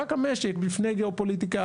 רק המשק לפני גיאופוליטיקה,